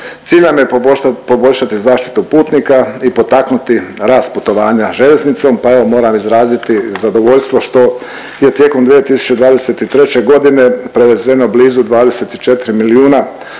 Cilj nam je poboljšati zaštitu putnika i potaknuti rast putovanja željeznicom, pa evo moram izraziti zadovoljstvo što je tijekom 2023. godine prevezeno blizu 24 milijuna